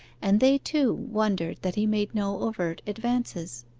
and they, too, wondered that he made no overt advances.